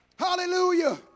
Hallelujah